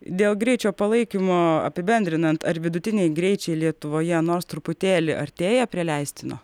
dėl greičio palaikymo apibendrinant ar vidutiniai greičiai lietuvoje nors truputėlį artėja prie leistino